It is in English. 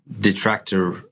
detractor